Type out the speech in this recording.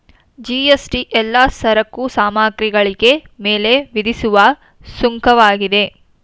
GST ಎಲ್ಲಾ ಸರಕು ಸಾಮಗ್ರಿಗಳಿಗೆ ಮೇಲೆ ವಿಧಿಸುವ ಸುಂಕವಾಗಿದೆ